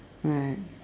right